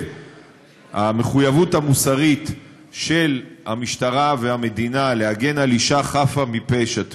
המחויבות המוסרית של המשטרה והמדינה להגן על אישה חפה מפשע,